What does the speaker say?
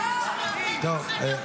--- טוב.